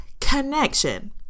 connection